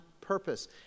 purpose